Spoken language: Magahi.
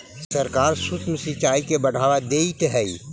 सरकार सूक्ष्म सिंचाई के बढ़ावा देइत हइ